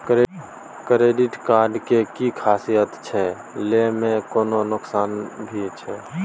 Credit card के कि खासियत छै, लय में कोनो नुकसान भी छै?